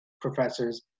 professors